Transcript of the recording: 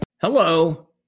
Hello